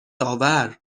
آور